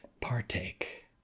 partake